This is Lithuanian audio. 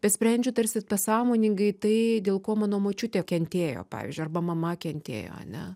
bet sprendžiu tarsi pasąmoningai tai dėl ko mano močiutė kentėjo pavyzdžiui arba mama kentėjo ane